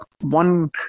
one